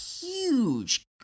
huge